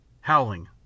howling